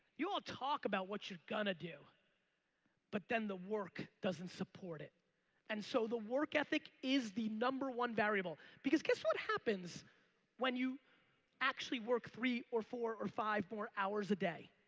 you all talk about what you gonna do but then the work doesn't support it and so the work ethic is the number one variable because guess what happens when you actually work three or four or five more hours a day?